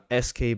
sk